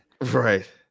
Right